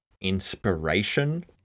inspiration